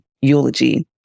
eulogy